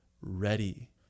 ready